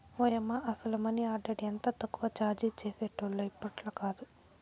ఓయమ్మ, అసల money order ఎంత తక్కువ చార్జీ చేసేటోల్లో ఇప్పట్లాకాదు